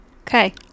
Okay